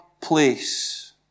place